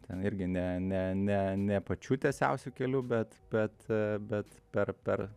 ten irgi ne ne ne ne pačiu tiesiausiu keliu bet bet bet per per